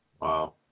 wow